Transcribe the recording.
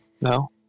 No